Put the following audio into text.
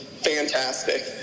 Fantastic